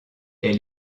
est